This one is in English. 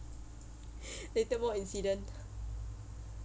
later more incident